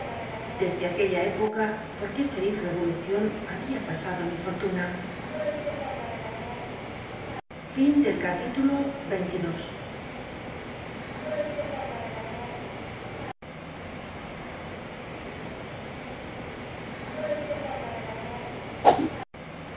desde aquella época por qué feliz rcvolucion había pasado mi fortuna